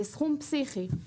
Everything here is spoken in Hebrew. זה סכום פסיכי.